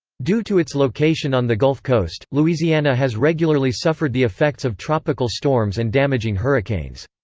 due to its location on the gulf coast, louisiana has regularly suffered the effects of tropical storms and damaging hurricanes.